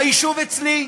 ביישוב אצלי.